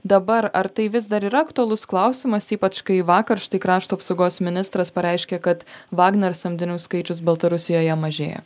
dabar ar tai vis dar yra aktualus klausimas ypač kai vakar štai krašto apsaugos ministras pareiškė kad vagner samdinių skaičius baltarusijoje mažėja